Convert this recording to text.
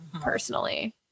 personally